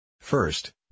First